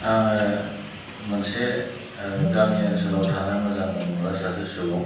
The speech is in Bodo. आङो मोनसे गामि ओनसोलाव थानो मोजां मोनग्रा सासे सुबुं